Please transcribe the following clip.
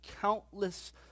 countless